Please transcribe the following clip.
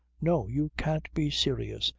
no! you can't be serious,